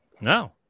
No